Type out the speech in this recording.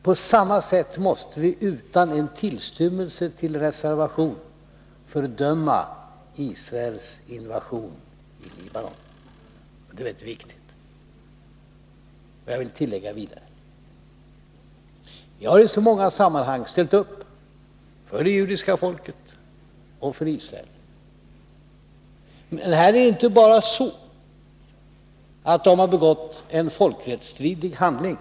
På samma sätt måste vi utan en tillstymmelse till reservation fördöma Israels invasion i Libanon. Det är mycket viktigt att klarlägga detta. Jag vill vidare tillägga att jag i många sammanhang har ställt upp för det judiska folket och för Israel, men att det här inte bara är så att det har begåtts en folkrättsstridig handling.